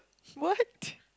what